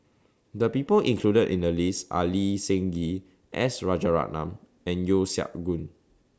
The People included in The list Are Lee Seng Gee S Rajaratnam and Yeo Siak Goon